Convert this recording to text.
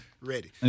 ready